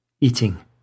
eating